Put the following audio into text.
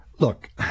Look